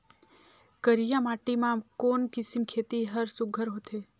करिया माटी मा कोन किसम खेती हर सुघ्घर होथे?